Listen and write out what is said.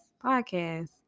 podcast